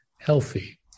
healthy